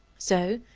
so,